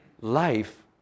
life